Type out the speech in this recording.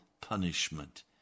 punishment